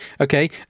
Okay